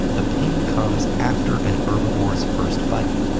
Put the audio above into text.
the pain comes after an herbivore's first bite.